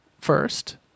First